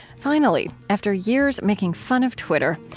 finally, after years making fun of twitter,